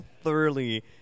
thoroughly